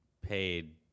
paid